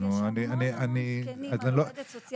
אז יש המון זקנים בטיפולה של עובדת סוציאלית אחת.